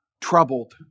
troubled